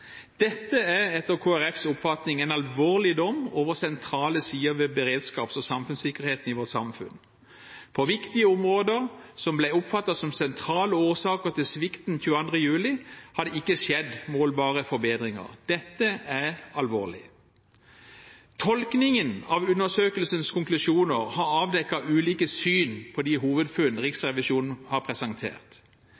Dette er etter Kristelig Folkepartis oppfatning en alvorlig dom over sentrale sider ved beredskaps- og samfunnssikkerheten i vårt samfunn. På viktige områder som ble oppfattet som sentrale årsaker til svikten 22. juli, har det ikke skjedd målbare forbedringer. Dette er alvorlig. Tolkningen av undersøkelsens konklusjoner har avdekket ulike syn på de hovedfunn Riksrevisjonen har presentert.